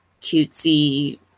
cutesy